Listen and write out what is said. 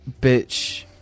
Bitch